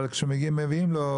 אבל כשמביאים לו,